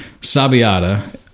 sabiata